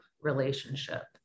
relationship